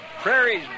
prairie's